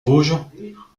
vosges